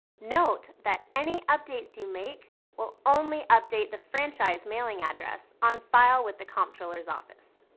note that any updates you make will only update the franchise mailing address on file with the comptroller's office.